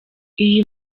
iyi